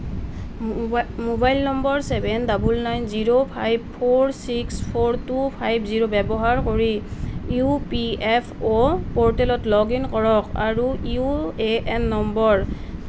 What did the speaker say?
mobile নম্বৰ seven nine nine zero five four six four two five zero ব্যৱহাৰ কৰি E P F O প'ৰ্টেলত log in কৰক আৰু ইউ এ এন নম্বৰ